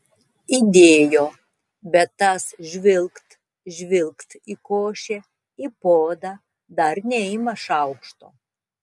įdėjo bet tas žvilgt žvilgt į košę į puodą dar neima šaukšto